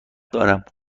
دارم